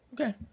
Okay